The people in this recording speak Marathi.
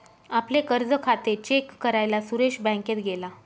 आपले कर्ज खाते चेक करायला सुरेश बँकेत गेला